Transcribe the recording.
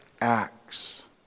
acts